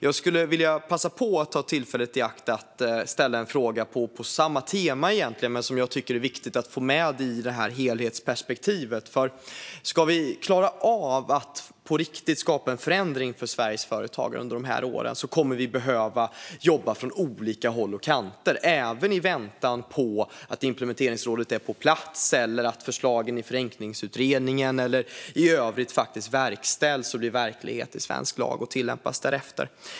Jag skulle vilja ta tillfället i akt att ställa en fråga på samma tema som jag tycker är viktig att få med i helhetsperspektivet. Ska vi klara av att på riktigt skapa en förändring för Sveriges företagare under de här åren kommer vi att behöva jobba från olika håll och kanter, även i väntan på att implementeringsrådet kommer på plats eller på att förslagen i Förenklingsutredningen eller i övrigt faktiskt verkställs och blir verklighet i svensk lag och tillämpas därefter.